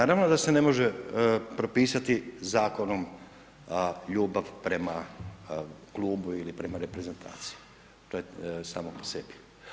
Naravno da se ne može propisati zakonom ljubav prema klubu ili prema reprezentaciji, to je samo po sebi.